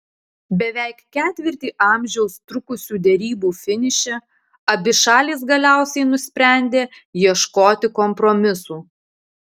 beveik ketvirtį amžiaus trukusių derybų finiše abi šalys galiausiai nusprendė ieškoti kompromisų